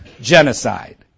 genocide